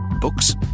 Books